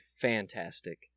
fantastic